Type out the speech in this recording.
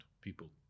people